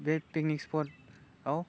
बे पिकनिक स्पर्टआव